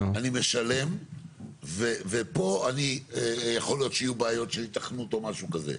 אני משלם ופה אני יכול להיות שיהיו בעיות של היתכנות או משהו כזה.